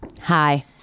Hi